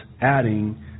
adding